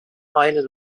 aynı